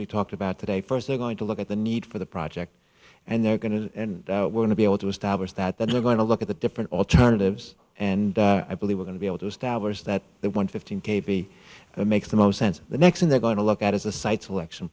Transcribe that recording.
we've talked about today first they're going to look at the need for the project and they're going to and we're going to be able to establish that they're going to look at the different alternatives and i believe we're going to be able to establish that they want fifteen k v to make the most sense the next and they're going to look at is a site selection